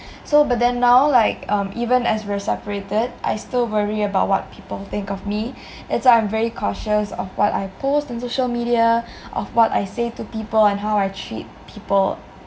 so but then now like um even as we're separated I still worry about what people think of me as I'm very cautious of what I post on social media of what I say to people and how I treat people